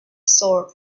sort